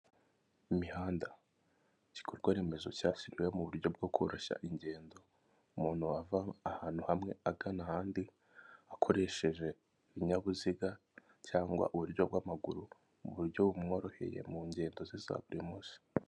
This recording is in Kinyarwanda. Imihanda, igikorwa remezo cyashyiriweho mu buryo bwo koroshya ingendo umuntu ava ahantu hamwe agana ahandi akoresheje ibinyabiziga cyangwa uburyo bw'amaguru mu buryo bumworoheye mu ngendo za buri munsi.